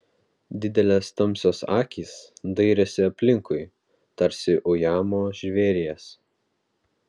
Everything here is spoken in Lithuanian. didelės tamsios akys dairėsi aplinkui tarsi ujamo žvėries